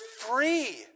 free